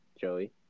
Joey